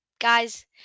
guys